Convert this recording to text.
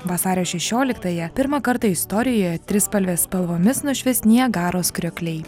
vasario šešioliktąją pirmą kartą istorijo trispalvės spalvomis nušvis niagaros kriokliai